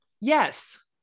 Yes